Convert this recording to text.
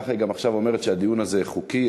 ככה היא גם עכשיו אומרת שהדיון הזה חוקי,